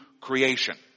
creation